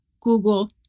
Google